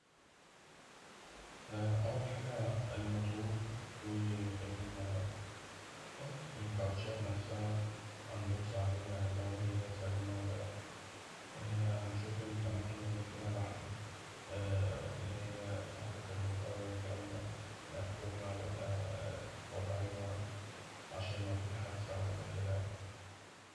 أول حاجة الماتور وال الكوتشات نفسها هنبص عليها لو سليمة ولا لأ؟ هنبص على الأماكن اللي فيها لحم، اللي هي الحتت الملتوية والكلام ده، ملحومة ولا طبيعية؟ عشان لو فيه حادثة ولا كده يعني.